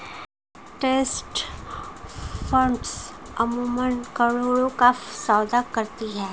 trust funds अमूमन करोड़ों का सौदा करती हैं